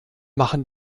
machen